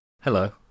Hello